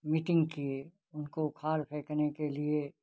meeting किए उनको उखाड़ फेंकने के लिए